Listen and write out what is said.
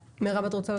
מרב, את רוצה להוסיף?